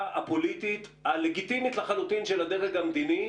הפוליטית הלגיטימית לגמרי של הדרג המדיני.